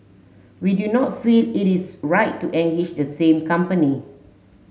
we do not feel it is right to the same company